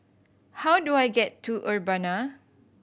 how do I get to Urbana